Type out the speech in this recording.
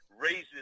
raises